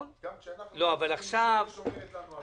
גם כשאנחנו לא שומרים, היא שומרת לנו.